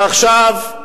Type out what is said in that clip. ועכשיו,